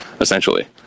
essentially